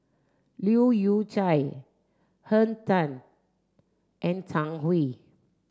Leu Yew Chye Henn Tan and Zhang Hui